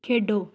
ਖੇਡੋ